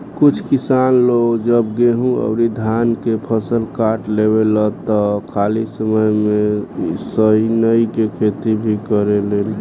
कुछ किसान लोग जब गेंहू अउरी धान के फसल काट लेवेलन त खाली समय में सनइ के खेती भी करेलेन